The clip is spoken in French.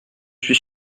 suis